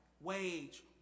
Wage